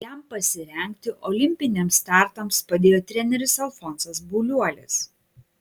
jam pasirengti olimpiniams startams padėjo treneris alfonsas buliuolis